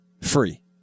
Free